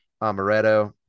Amaretto